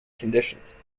conditions